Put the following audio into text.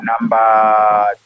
Number